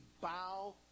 bow